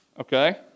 Okay